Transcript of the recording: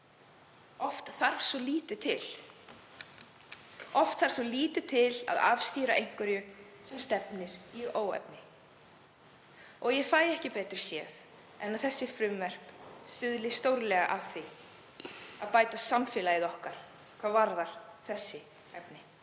Oft þarf svo lítið til að afstýra einhverju sem stefnir í óefni. Ég fæ ekki betur séð en að þessi frumvörp stuðli stórlega að því að bæta samfélagið okkar í þeim efnum.